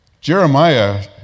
jeremiah